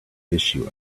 issue